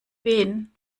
wen